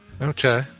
okay